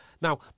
Now